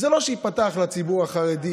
זה לא שייפתחו לציבור החרדי